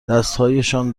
دستهایشان